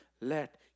let